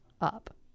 up